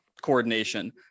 coordination